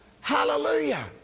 Hallelujah